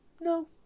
No